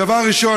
הדבר הראשון,